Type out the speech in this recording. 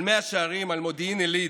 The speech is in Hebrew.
על מאה שערים, על מודיעין עילית,